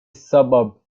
suburb